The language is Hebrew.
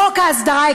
חוק ההסדרה,